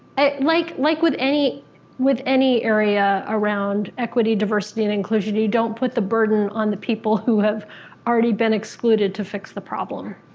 like like with any with any area around equity, diversity, and inclusion, you you don't put the burden on the people who have already been excluded to fix the problem,